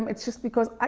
it's just because i.